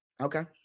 okay